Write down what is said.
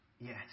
yes